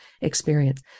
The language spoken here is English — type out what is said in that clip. experience